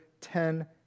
Ten